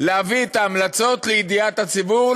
להביא את ההמלצות לידיעת הציבור,